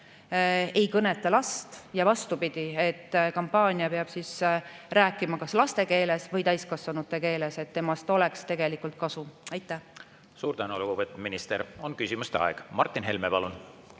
ei kõneta last ja vastupidi. Kampaania peab rääkima kas laste keeles või täiskasvanute keeles, et sellest oleks tegelikult kasu. Aitäh! Suur tänu, lugupeetud minister! On küsimuste aeg. Martin Helme, palun!